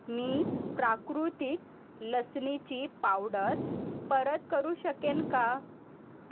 मी प्राकृतिक लसणीची पावडर परत करू शकेन का